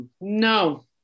no